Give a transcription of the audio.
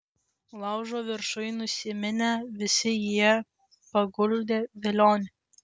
laužo viršuj nusiminę visi jie paguldė velionį